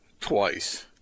twice